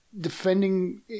defending